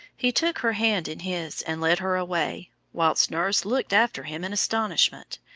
he took her hand in his, and led her away, while nurse looked after him in astonishment,